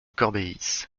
corbéis